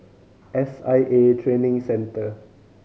S I A Training Centre